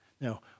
Now